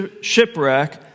shipwreck